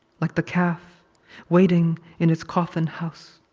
like the calf waiting in his coffin house.